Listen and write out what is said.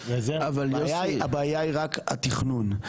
הבעיה היא רק התכנון.